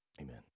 amen